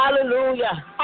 Hallelujah